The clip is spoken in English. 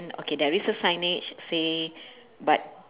~d okay there is a signage say but